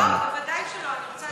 לא, בוודאי שלא.